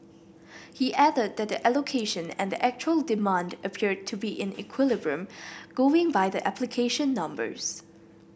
he added that the allocation and the actual demand appeared to be in equilibrium going by the application numbers